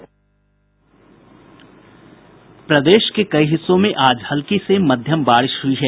प्रदेश के कई हिस्सों में आज हल्की से मध्यम बारिश हई है